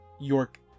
York